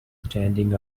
standing